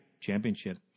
championship